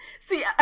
see